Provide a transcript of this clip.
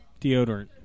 Deodorant